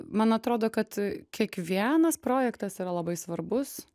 man atrodo kad kiekvienas projektas yra labai svarbus